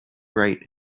right